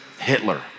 Hitler